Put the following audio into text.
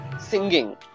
singing